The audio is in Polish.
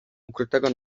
ukrytego